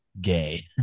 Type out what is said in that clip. gay